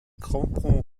crampons